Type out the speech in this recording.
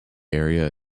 area